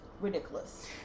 ridiculous